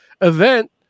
event